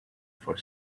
for